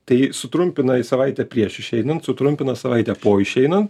tai sutrumpina į savaitę prieš išeinant sutrumpina savaitę po išeinant